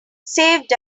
saved